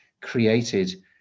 created